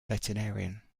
veterinarian